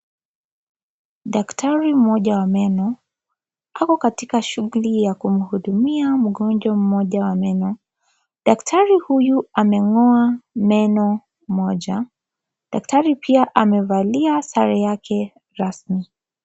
Daktari mmoja wa meno ako katika shughuli ya kumhudumia mgonjwa mmoja wa meno. Daktari huyu ameng'oa meno moja. Daktari pia amevalia sare yake rasmi.